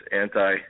anti